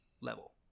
level